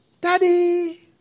Daddy